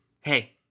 hey